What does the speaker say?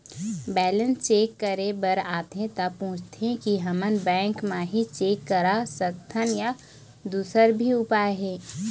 Balance check करे बर आथे ता पूछथें की हमन बैंक मा ही चेक करा सकथन या दुसर भी उपाय हे?